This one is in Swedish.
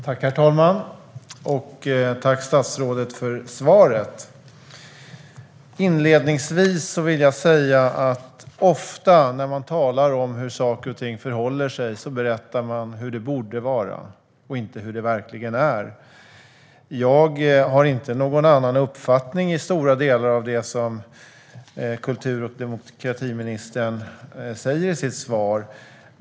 Herr talman! Tack, statsrådet, för svaret! Inledningsvis vill jag säga att ofta när man talar om hur saker och ting förhåller sig berättar man hur det borde vara och inte hur det verkligen är. Jag har inte någon annan uppfattning i stora delar av det som kultur och demokratiministern säger i sitt svar.